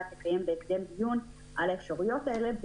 לקיים בהקדם דיון על האפשרויות להנחות המדוברות,